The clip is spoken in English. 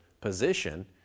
position